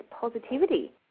positivity